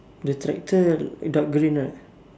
the tractor dark green right